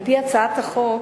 על-פי הצעת החוק,